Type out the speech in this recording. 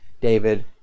David